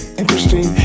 interesting